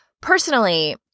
Personally